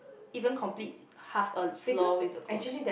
even complete half of a floor with the clothes